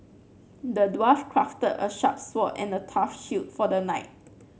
the dwarf crafted a sharp sword and a tough shield for the knight